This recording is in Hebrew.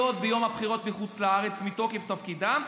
ביום הבחירות בחוץ לארץ מתוקף תפקידם,